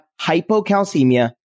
hypocalcemia